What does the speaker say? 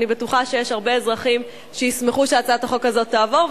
אני בטוחה שיש הרבה אזרחים שישמחו שהצעת החוק הזאת תעבור.